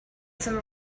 some